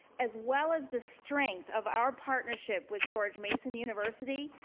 as well as the strength of our partnership with george mason university,